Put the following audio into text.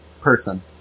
Person